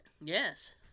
Yes